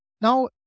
Now